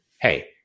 hey